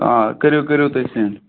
آ کٔرِو کٔرِو تُہۍ سٮ۪نٛڈ